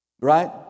Right